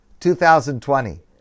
2020